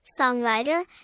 songwriter